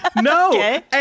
No